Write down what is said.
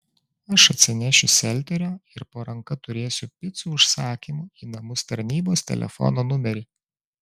aš atsinešiu selterio ir po ranka turėsiu picų užsakymų į namus tarnybos telefono numerį